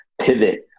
pivot